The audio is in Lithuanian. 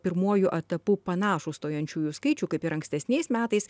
pirmuoju etapu panašų stojančiųjų skaičių kaip ir ankstesniais metais